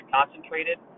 concentrated